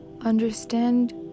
understand